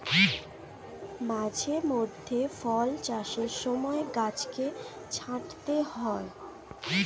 মাঝে মধ্যে ফল চাষের সময় গাছকে ছাঁটতে হয়